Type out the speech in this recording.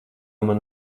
man